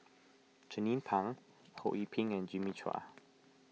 Jernnine Pang Ho Yee Ping and Jimmy Chua